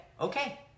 Okay